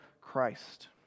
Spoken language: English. Christ